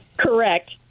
Correct